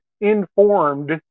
informed